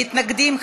מתנגדים,